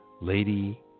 Lady